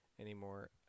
anymore